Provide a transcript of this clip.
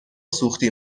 سوختی